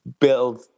build